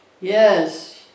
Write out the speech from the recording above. Yes